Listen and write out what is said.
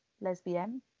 lesbian